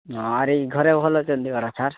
ହଁ ଆରି ଘରେ ଭଲ ଅଛନ୍ତି ପରା ସାର୍